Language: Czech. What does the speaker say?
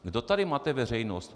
Kdo tady mate veřejnost?